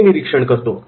मी निरीक्षण करतो